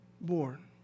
born